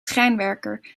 schrijnwerker